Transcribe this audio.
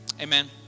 Amen